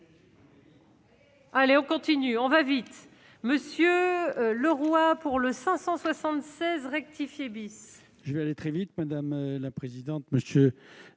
Allez, on continue, on va vite monsieur le roi pour le 576 rectifié bis. Je vais aller très vite, madame la présidente,